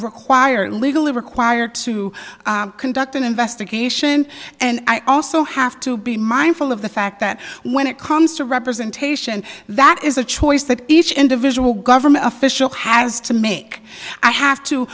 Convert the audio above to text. required legally required to conduct an investigation and i also have to be mindful of the fact that when it comes to representation that is a choice that each individual government official has to make i have to